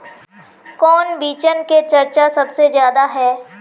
कौन बिचन के चर्चा सबसे ज्यादा है?